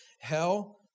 Hell